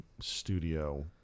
studio